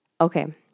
okay